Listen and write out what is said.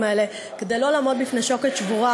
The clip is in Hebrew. האלה כדי לא לעמוד בפני שוקת שבורה,